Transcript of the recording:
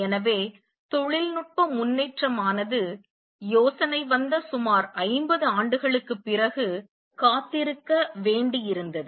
எனவே தொழில்நுட்ப முன்னேற்றமானது யோசனை வந்த சுமார் 50 ஆண்டுகளுக்குப் பிறகு காத்திருக்க வேண்டியிருந்தது